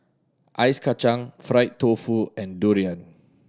Ice Kachang fried tofu and durian